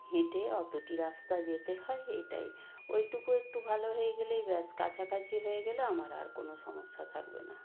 হেঁটে অতোটি রাস্তা যেতে হয় এটাই ওইটুকু একটু ভালো হয়ে গেলেই ব্যাস কাছাকাছি হয়ে গেলে আমার আর কোনো সমস্যা থাকবে না